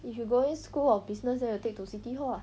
if you going school of business then you take to city hall ah